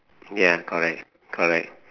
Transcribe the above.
ya correct correct